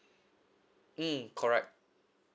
mm correct